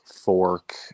fork